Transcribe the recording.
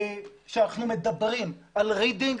כשאנחנו מדברים על רידינג,